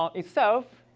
um itself.